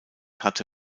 hatte